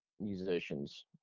musicians